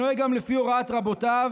שנוהג גם לפי הוראת רבותיו,